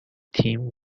تیم